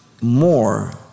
more